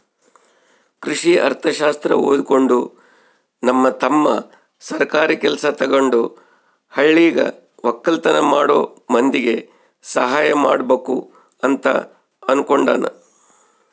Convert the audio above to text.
ಕೃಷಿ ಅರ್ಥಶಾಸ್ತ್ರ ಓದಿಕೊಂಡು ನನ್ನ ತಮ್ಮ ಸರ್ಕಾರಿ ಕೆಲ್ಸ ತಗಂಡು ಹಳ್ಳಿಗ ವಕ್ಕಲತನ ಮಾಡೋ ಮಂದಿಗೆ ಸಹಾಯ ಮಾಡಬಕು ಅಂತ ಅನ್ನುಕೊಂಡನ